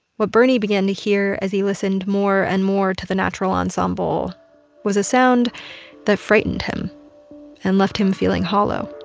what bernie began to hear as he listened more and more to the natural ensemble was a sound that frightened him and left him feeling hollow